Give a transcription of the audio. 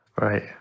Right